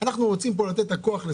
כמה הסתייגויות אני מביא בדרך